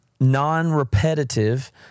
non-repetitive